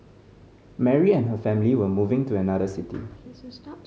Mary and her family were moving to another city